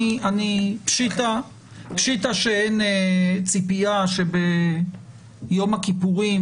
פשיטא שאין ציפייה שביום הכיפורים,